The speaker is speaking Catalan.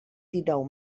dinou